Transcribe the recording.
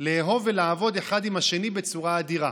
לאהוב ולעבוד אחד עם השני בצורה אדירה.